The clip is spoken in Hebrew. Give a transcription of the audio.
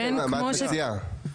מה את מציעה?